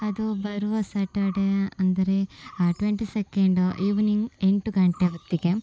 ಅದು ಬರುವ ಸ್ಯಾಟರ್ಡೇ ಅಂದರೆ ಟ್ವೆಂಟಿ ಸೆಕೆಂಡು ಈವ್ನಿಂಗ್ ಎಂಟು ಗಂಟೆ ಹೊತ್ತಿಗೆ